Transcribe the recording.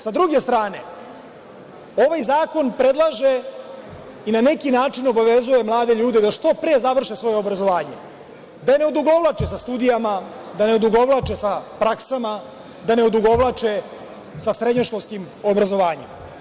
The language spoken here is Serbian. Sa druge strane ovaj zakon predlaže i na neki način obavezuje mlade ljude da što pre završe svoje obrazovanje, da ne odugovlače sa studijama , da ne odugovlače sa praksama, da ne odugovlače sa srednjoškolskim obrazovanjem.